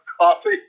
coffee